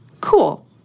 Cool